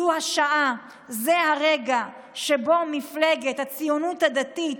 זו השעה, זה הרגע שבו מפלגת הציונות הדתית